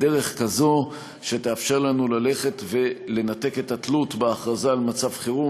בדרך כזו שתאפשר לנו לנתק את התלות בהכרזה על מצב חירום